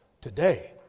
Today